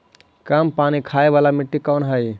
कम पानी खाय वाला मिट्टी कौन हइ?